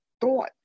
thought